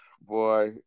boy